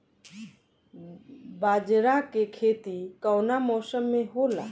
बाजरा के खेती कवना मौसम मे होला?